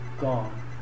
gone